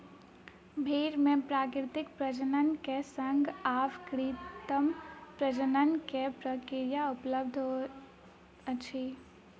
भेड़ मे प्राकृतिक प्रजनन के संग आब कृत्रिम प्रजनन के प्रक्रिया उपलब्ध अछि